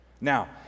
now